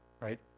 right